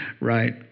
right